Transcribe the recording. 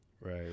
Right